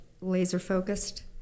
laser-focused